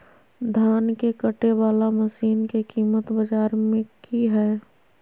धान के कटे बाला मसीन के कीमत बाजार में की हाय?